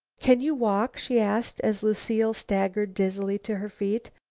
can you walk? she asked as lucile staggered dizzily to her feet.